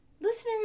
Listeners